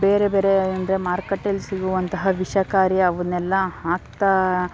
ಬೇರೆ ಬೇರೆ ಅಂದರೆ ಮಾರ್ಕಟ್ಟೆಯಲ್ಲಿ ಸಿಗುವಂತಹ ವಿಷಕಾರಿ ಅವನ್ನೆಲ್ಲ ಹಾಕ್ತಾ